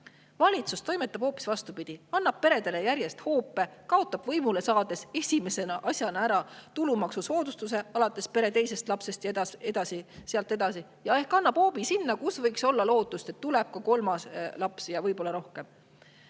Valitsus toimetab hoopis vastupidi: annab peredele järjest hoope, kaotab võimule saades esimese asjana ära tulumaksusoodustuse alates pere teisest lapsest ja sealt edasi ehk annab hoobi sinna, kus võiks olla lootust, et tuleb ka kolmas laps, võib-olla rohkemgi. Mulle